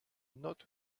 not